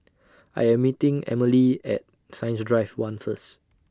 I Am meeting Emmalee At Science Drive one First